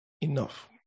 Enough